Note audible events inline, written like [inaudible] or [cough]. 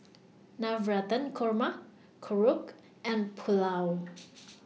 Navratan Korma Korokke and Pulao [noise]